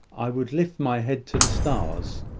would lift my head to the stars.